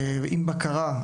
עם בקרה,